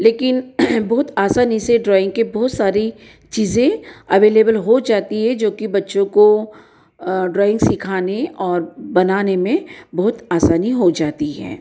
लेकिन बहुत आसानी से ड्रॉइंग के बहुत सारी चीज़ें अवेलेबल हो जाती हे जो कि बच्चों को ड्रॉइंग सिखाने और बनाने में बहुत आसानी हो जाती है